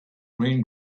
green